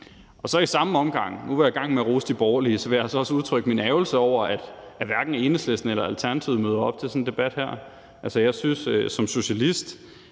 for. I samme omgang, hvor jeg nu var i gang med at rose de borgerlige, vil jeg altså også udtrykke min ærgrelse over, at hverken Enhedslisten eller Alternativet møder op til sådan en debat her. Jeg synes som socialist,